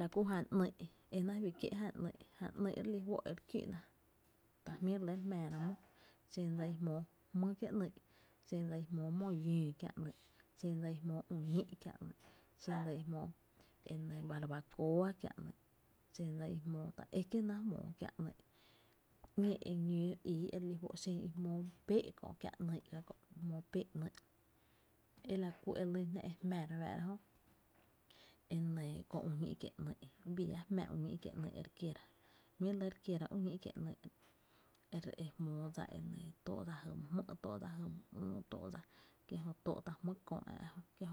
La kú jan ‘nyy’ e náá’ juý kié’ jan ‘nyy’, jan ‘nyy’ re lí fó’ re kiü’na ta jmí’ re lɇ re jmáára mó, xen dsa i jmóó jmý’ kié’ ‘nyy’, xen dsa i jmóo mó llöö kiá’ ‘nyy, xen dsa i jmóó üü ñí’ kiä’ ‘nyy’, xen dsa i jmoo e nɇɇ barbacoa kiä’ ‘nyy’, xen dsa i jmóo ta ekié’ náá’ jmóó kiä’ ‘nyy’, eñóo í e jmóo, xen i jmóó my peé’ kö kiä’ ‘nyy’ ka kö’, i jmóó pee’ ‘nyy’, e la ku e lun jná e jmá re fáá’ra jö köö uñí’ kiee’ ‘nyy’ bii lla jmá uñí’ kiee’ ‘nyy’ e re kiera, jmí re lɇ re kiera üü ñí’ kiee’ ‘nyy’, e re e jmóó dsa e tóó’ dsa jy my jmý’, tóó dsa jy my üü tóó’ dsa kie’ jö tóó’ tá’ jmýy’ kö ä’ jö kie’